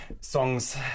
Songs